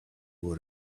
would